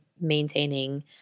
maintaining